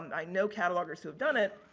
i know catalogers who have done it.